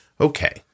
Okay